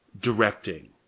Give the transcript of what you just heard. directing